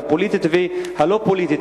הפוליטית והלא-פוליטית,